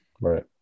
Right